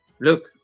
Look